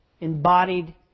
embodied